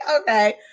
Okay